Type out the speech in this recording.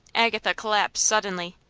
agatha collapsed suddenly.